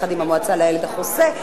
"המועצה לילד החוסה",